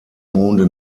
monde